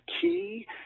key